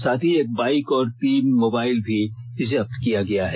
साथ ही एक बाइक और तीन मोबाइल भी जब्त किया गया है